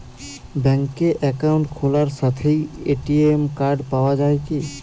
ব্যাঙ্কে অ্যাকাউন্ট খোলার সাথেই এ.টি.এম কার্ড পাওয়া যায় কি?